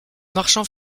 marchand